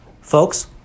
Folks